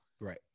Right